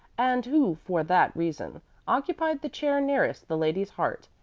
and who for that reason occupied the chair nearest the lady's heart,